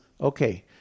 okay